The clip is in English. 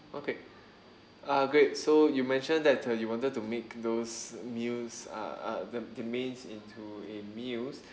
okay uh great so you mentioned that uh you wanted to make those meals uh uh the the mains into a meals